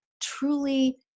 truly